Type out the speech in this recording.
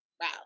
Wow